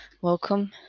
welcome